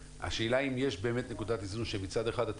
והשאלה היא אם יש באמת נקודת איזון שמצד אחד אתה